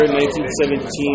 1917